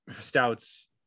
stouts